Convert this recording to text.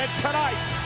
tonight,